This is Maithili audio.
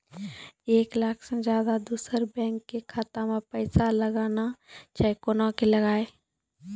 एक लाख से अधिक दोसर बैंक के खाता मे पैसा लगाना छै कोना के लगाए?